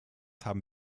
haben